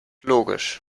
logisch